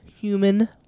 human